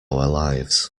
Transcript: lives